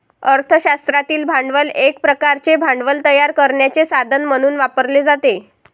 अर्थ शास्त्रातील भांडवल एक प्रकारचे भांडवल तयार करण्याचे साधन म्हणून वापरले जाते